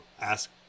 ask